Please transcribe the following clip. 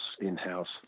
in-house